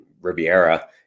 Riviera